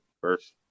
first